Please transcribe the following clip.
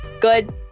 good